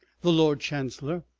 the lord chancellor,